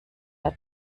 der